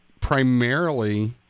primarily